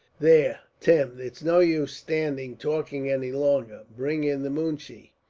there, tim, it's no use standing talking any longer. bring in the moonshee.